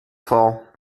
vor